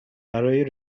برای